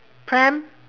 pram